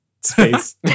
space